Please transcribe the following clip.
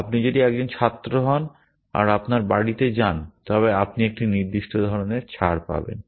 আপনি যদি একজন ছাত্র হন আর আপনি বাড়িতে যান তবে আপনি একটি নির্দিষ্ট ধরণের ছাড় পাবেন